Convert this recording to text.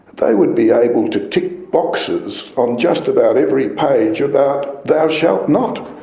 they would be able to tick boxes on just about every page about thou shalt not.